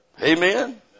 Amen